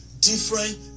different